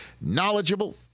knowledgeable